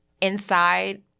inside